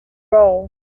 role